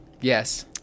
yes